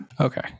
Okay